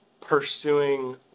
pursuing